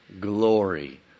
glory